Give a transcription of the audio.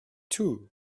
too